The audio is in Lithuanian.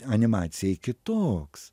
animacijai kitoks